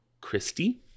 Christy